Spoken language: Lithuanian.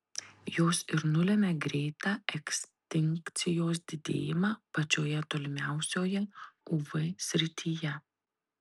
jos ir nulemia greitą ekstinkcijos didėjimą pačioje tolimiausioje uv srityje